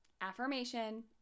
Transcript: Affirmation